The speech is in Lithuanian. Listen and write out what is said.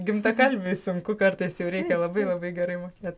gimtakalbiui sunku kartais jau reikia labai labai gerai mokėt